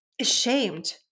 ashamed